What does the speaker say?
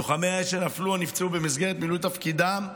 לוחמי האש שנפלו או נפצעו במסגרת מילוי תפקידם,